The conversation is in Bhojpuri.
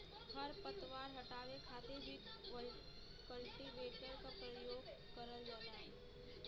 खर पतवार हटावे खातिर भी कल्टीवेटर क परियोग करल जाला